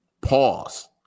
pause